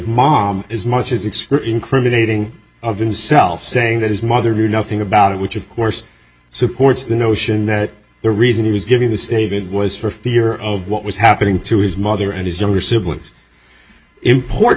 mom as much as it's incriminating of himself saying that his mother knew nothing about it which of course supports the notion that the reason he was giving the statement was for fear of what was happening to his mother and his younger siblings